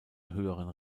höheren